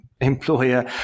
employer